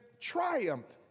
triumphed